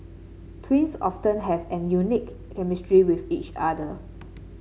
twins often have an unique chemistry with each other